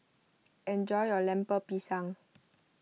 enjoy your Lemper Pisang